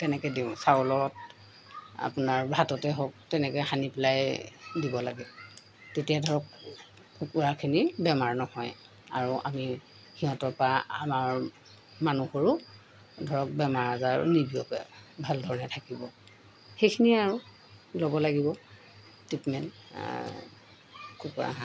তেনেকৈ দিওঁ চাউলত আপোনাৰ ভাততে হওক তেনেকৈ সানি পেলাই দিব লাগে তেতিয়া ধৰক কুকুৰাখিনিৰ বেমাৰ নহয় আৰু আমি সিহঁতৰ পৰা আমাৰ মানুহৰো ধৰক বেমাৰ আজাৰো নিবিয়পে ভাল ধৰণে থাকিব সেইখিনিয়ে আৰু ল'ব লাগিব ট্ৰিটমেণ্ট কুকুৰা হাঁহক